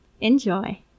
Enjoy